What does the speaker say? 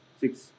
six